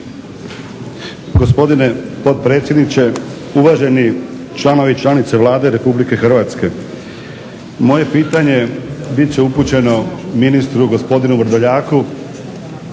Gospodine potpredsjedniče, uvaženi članovi i članice Vlade Republike Hrvatske. Moje pitanje bit će upućeno ministru gospodinu Vrdoljaku